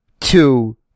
two